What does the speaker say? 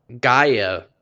gaia